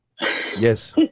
Yes